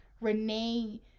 Renee